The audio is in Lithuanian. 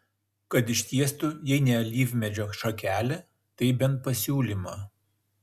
kad ištiestų jei ne alyvmedžio šakelę tai bent pasiūlymą